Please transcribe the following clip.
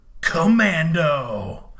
commando